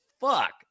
fuck